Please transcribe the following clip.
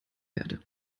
erde